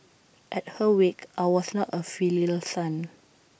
at her wake I was not A filial son